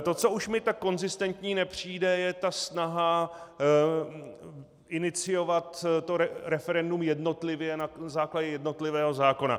To, co už mi tak konzistentní nepřijde, je snaha iniciovat referendum jednotlivě na základě jednotlivého zákona.